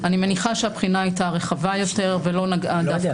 אני מניחה שבחינה הייתה רחבה יותר ולא נגעה דווקא